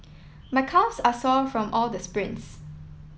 my calves are sore from all the sprints